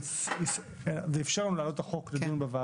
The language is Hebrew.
זה איפשר לנו להעלות את הצעת החוק לדיון בוועדה.